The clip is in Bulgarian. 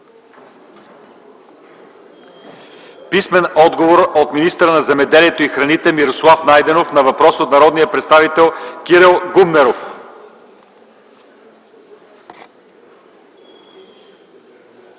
писмен отговор от министъра на земеделието и храните Мирослав Найденов на въпрос от народния представител Кирил Гумнеров;